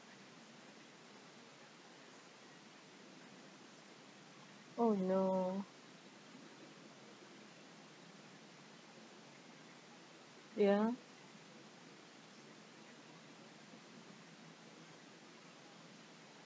oh no ya